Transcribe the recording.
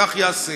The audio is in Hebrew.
וכך ייעשה.